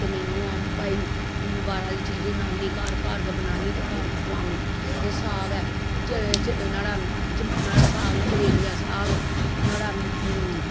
ते नेईं ओह् भाई बाह्रा दी चीज अन्नी घर घरा गै बनानी ते घर गै खलान्नी ते साग ऐ नाह्ड़ा नाह्ड़ा साग चलेरी दा साग नोहाड़ा